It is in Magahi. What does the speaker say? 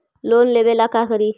लोन लेबे ला का करि?